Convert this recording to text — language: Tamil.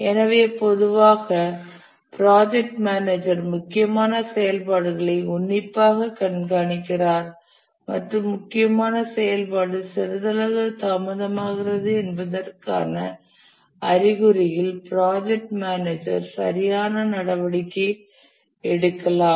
எனவே பொதுவாக ப்ராஜெக்ட் மேனேஜர் முக்கியமான செயல்பாடுகளை உன்னிப்பாகக் கண்காணிக்கிறார் மற்றும் முக்கியமான செயல்பாடு சிறிதளவு தாமதமாகிறது என்பதற்கான அறிகுறியில் ப்ராஜெக்ட் மேனேஜர் சரியான நடவடிக்கை எடுக்கலாம்